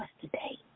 today